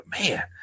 Man